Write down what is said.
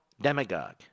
demagogue